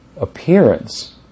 appearance